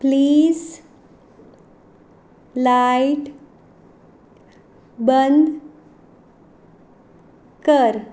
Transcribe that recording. please light बंद कर